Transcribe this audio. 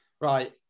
Right